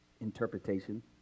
interpretation